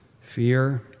Fear